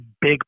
big